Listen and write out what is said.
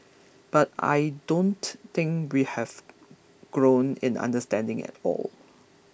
but I don't think we have grown in understanding at all